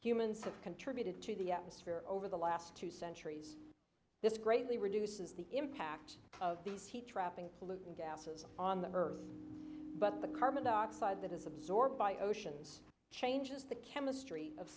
humans have contributed to the atmosphere over the last two centuries this greatly reduces the impact of the tea trapping pollutant gases on the earth but the carbon dioxide that is absorbed by oceans changes the chemistry of